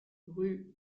rue